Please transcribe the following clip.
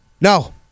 No